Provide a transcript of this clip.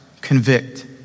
convict